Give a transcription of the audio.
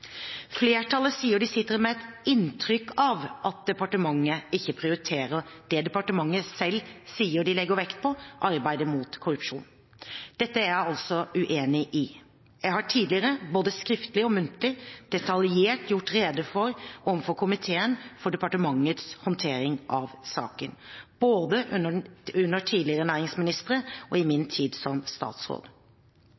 Flertallet sier at de sitter med et inntrykk av at departementet ikke prioriterer det departementet selv sier det legger vekt på – arbeidet mot korrupsjon. Det er jeg uenig i. Jeg har tidligere, både skriftlig og muntlig, detaljert gjort rede for overfor komiteen for departementets håndtering av saken, både under tidligere næringsministre og i min tid som statsråd.